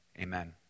amen